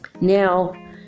Now